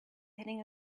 heading